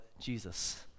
Jesus